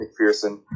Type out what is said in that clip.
McPherson